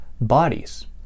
bodies